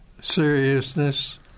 seriousness